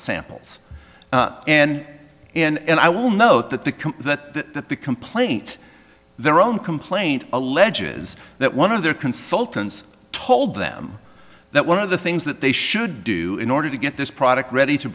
samples and and i will note that the that the complaint their own complaint alleges that one of their consultants told them that one of the things that they should do in order to get this product ready to